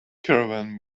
caravan